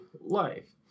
life